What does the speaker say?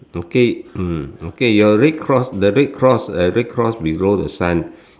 okay mm okay your red cross the red cross the red cross below the sun